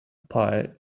pie